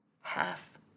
Half